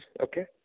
Okay